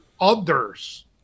others